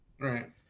Right